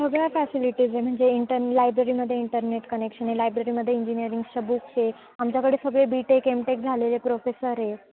सगळ्या फॅसिलिटीज आहे म्हणजे इंटर लायब्ररीममध्ये इंटरनेट कनेक्शन आहे लायब्ररीमध्ये इंजिनीअरिंग बुक्स आहे आमच्याकडे सगळे बी टेक एम टेक झालेले प्रोफेसर आहे